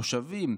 תושבים,